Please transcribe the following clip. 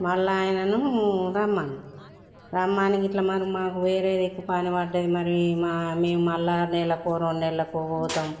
మళ్ళా ఆయనను రమ్మన్నాం రమ్మని గిట్ల మరి మాకు వేరే దిక్కు పనిబడ్డది మరి మా మేము మరల నెలకో రెండు నెల్లకో పోతాం